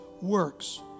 works